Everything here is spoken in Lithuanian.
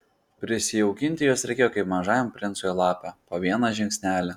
prisijaukinti juos reikėjo kaip mažajam princui lapę po vieną žingsnelį